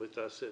הצעת